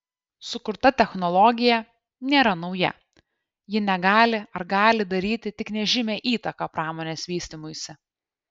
sukurta technologija nėra nauja ji negali ar gali daryti tik nežymią įtaką pramonės vystymuisi